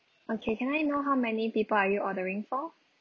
okay can I know how many people are you ordering for